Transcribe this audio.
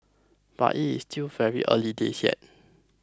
but it is still very early days yet